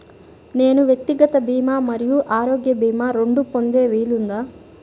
నేను వ్యక్తిగత భీమా మరియు ఆరోగ్య భీమా రెండు పొందే వీలుందా?